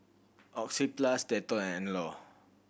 Oxyplus Dettol and Anello